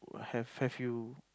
have have you